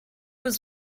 was